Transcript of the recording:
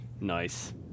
nice